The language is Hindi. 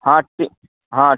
हाँ हाँ